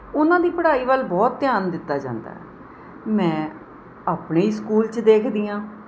ਉਹਨਾਂ ਦੀ ਪੜ੍ਹਾਈ ਵੱਲ ਬਹੁਤ ਧਿਆਨ ਦਿੱਤਾ ਜਾਂਦਾ ਮੈਂ ਆਪਣੇ ਹੀ ਸਕੂਲ 'ਚ ਦੇਖਦੀ ਹਾਂ